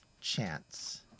chance